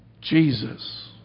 Jesus